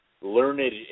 learned